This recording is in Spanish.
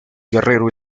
guerrero